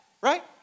right